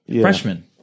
Freshman